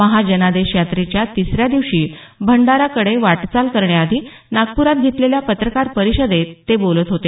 महाजनादेश यात्रेच्या तिसऱ्या दिवशी भंडारा कडे वाटचाल करण्याआधी नागप्रात घेतलेल्या पत्रकार परिषदेत ते बोलत होते